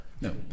No